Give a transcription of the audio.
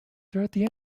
throughout